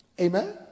Amen